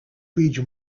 region